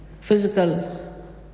physical